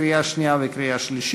לקריאה שנייה וקריאה שלישית.